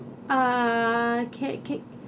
err cake cake